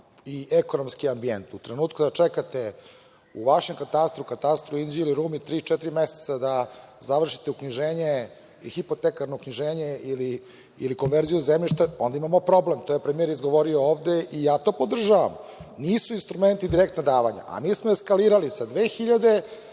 i ekonomski ambijent. U trenutku kad čekate u vašem katastru, katastru Inđije ili u Rumi tri, četiri meseca da završite uknjiženje, hipotekarno uknjiženje ili konverziju zemljišta, onda imamo problem. To je premijer izgovorio ovde i ja to podržavam. Nisu instrumenti direktna davanja, a mi smo eskalirali sa 2.000